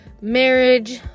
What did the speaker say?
marriage